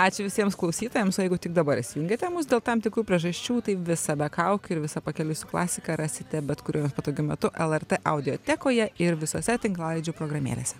ačiū visiems klausytojams o jeigu tik dabar įsijungėte mus dėl tam tikrų priežasčių tai visą be kaukių ir visą pakeliui su klasika rasite bet kuriuo jums patogiu metu lrt audiotekoje ir visose tinklalaidžių programėlėse